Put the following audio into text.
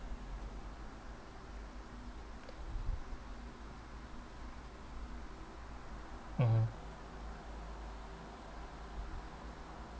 mmhmm